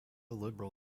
liberal